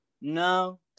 No